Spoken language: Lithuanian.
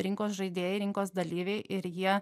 rinkos žaidėjai rinkos dalyviai ir jie